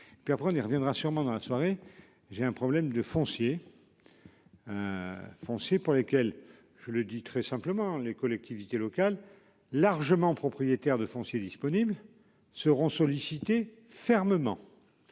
après on y reviendra sûrement dans la soirée. J'ai un problème de foncier. Foncier pour lesquels je le dis très simplement, les collectivités locales largement propriétaires de foncier disponible seront sollicités fermement.